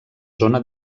zona